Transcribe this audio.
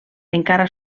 encara